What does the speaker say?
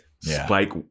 spike